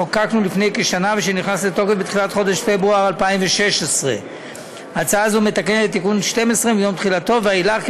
לפני כשנה ושנכנס לתוקף בתחילת חודש פברואר 2016. הצעה זו מתקנת את תיקון מס' 12 מיום תחילתו ואילך,